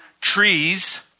trees